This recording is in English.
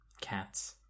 cats